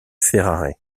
ferrare